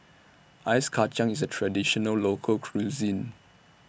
Ice Kacang IS A Traditional Local Cuisine